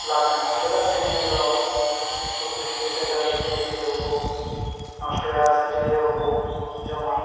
ᱞᱟᱵᱷ ᱢᱮᱱᱟᱜᱼᱟ ᱪᱮᱫᱟᱜ ᱥᱮ ᱱᱤᱭᱟᱹ ᱫᱚ ᱥᱩᱠᱨᱤ ᱠᱚ ᱥᱮ ᱰᱟᱝᱨᱤ ᱠᱚ ᱪᱤᱞᱤ ᱦᱚᱸ ᱵᱟᱠᱚ ᱱᱚᱥᱴᱚᱭᱟ ᱥᱮ ᱪᱤᱞᱤ ᱦᱚᱸ ᱵᱟᱠᱚ ᱡᱚᱢᱟ